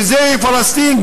וזאת פלסטין,